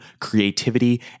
creativity